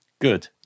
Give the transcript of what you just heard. Good